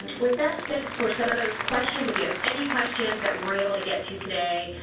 with that said for some of those questions would give any questions that we weren't able to get to today